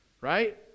right